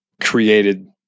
created